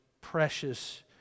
precious